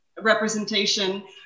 representation